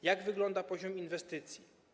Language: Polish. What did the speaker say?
Jak wygląda poziom inwestycji?